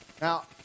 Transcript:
now